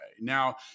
Now